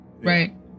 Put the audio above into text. Right